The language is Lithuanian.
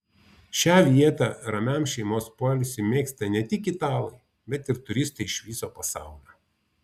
šią vietą ramiam šeimos poilsiui mėgsta ne tik italai bet ir turistai iš viso pasaulio